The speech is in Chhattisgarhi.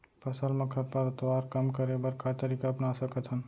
फसल मा खरपतवार कम करे बर का तरीका अपना सकत हन?